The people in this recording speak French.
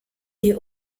des